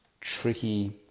tricky